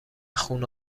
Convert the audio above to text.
خونه